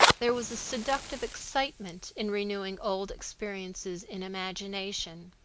there was a seductive excitement in renewing old experiences in imagination.